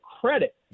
credit